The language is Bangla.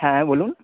হ্যাঁ বলুন